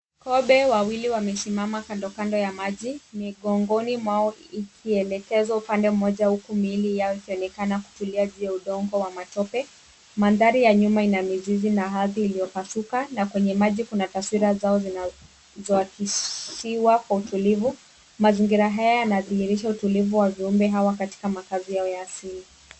Kobe wawili wamesimama kando kando ya maji migongoni mwao ikielekezwa upande moja huku miili yao ikionekana kutulia juu ya udongo wa matope. Mandhari ya nyuma ina mizizi na ardhi iliyopasuka na kwenye maji kuna taswira zao zinazoakisiwa kwa utulivu. Mazingira haya yanadhihirisha utulivu wa viumbe hawa katika makazi yao ya asili.